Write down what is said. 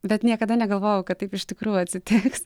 bet niekada negalvojau kad taip iš tikrųjų atsitiks